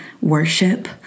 worship